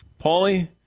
Paulie